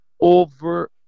over